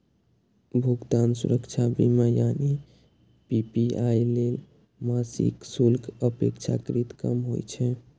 भुगतान सुरक्षा बीमा यानी पी.पी.आई लेल मासिक शुल्क अपेक्षाकृत कम होइ छै